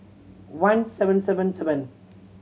one seven seven seven